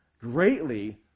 greatly